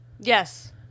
yes